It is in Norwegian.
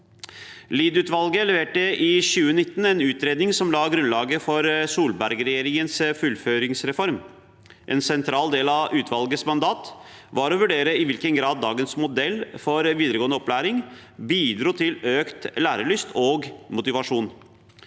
Lied-utvalget leverte i 2019 en utredning som la grunnlaget for Solberg-regjeringens fullføringsreform. En sentral del av utvalgets mandat var å vurdere i hvilken grad dagens modell for videregående opplæring bidro til økt lærelyst og motivasjon.